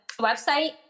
website